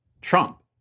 Trump